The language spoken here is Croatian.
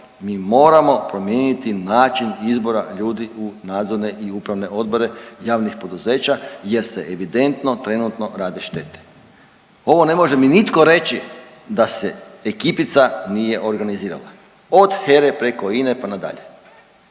mi moramo promijeniti način izbora ljudi u nadzorne i upravne odbore javnih poduzeća jer se evidentno trenutno rade štete. Ovo ne može mi nitko reći da se ekipica nije organizirala od HERA-e preko INA-e pa nadalje